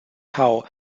how